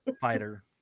fighter